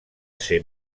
ser